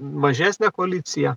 mažesnė koalicija